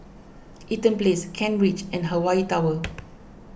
Eaton Place Kent Ridge and Hawaii Tower